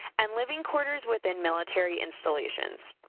and living quarters within military installations.